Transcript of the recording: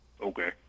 Okay